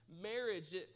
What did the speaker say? marriage